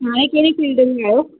हाणे कहिड़ी फील्ड में आहियो